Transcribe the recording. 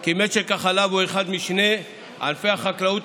כי משק החלב הוא אחד משני ענפי החקלאות